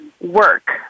work